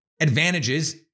advantages